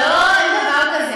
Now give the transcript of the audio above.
לא, אין דבר כזה.